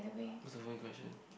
so one question